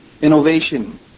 innovation